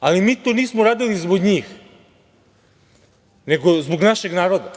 ali mi to nismo uradili zbog njih, nego zbog našeg naroda.